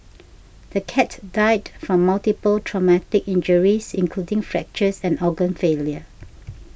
the cat died from multiple traumatic injuries including fractures and organ failure